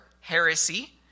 heresy